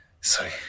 Sorry